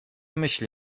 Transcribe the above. myśli